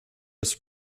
his